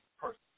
person